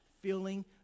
feeling